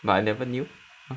I never knew